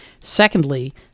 Secondly